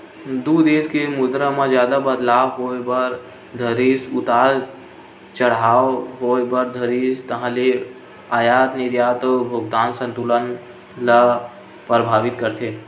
दू देस के मुद्रा म जादा बदलाव होय बर धरिस उतार चड़हाव होय बर धरिस ताहले अयात निरयात अउ भुगतान संतुलन ल परभाबित करथे